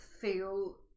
feel